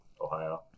Ohio